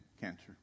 cancer